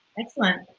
excellent.